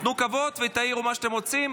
תנו כבוד ותעירו מה שאתם רוצים,